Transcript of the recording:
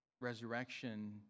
resurrection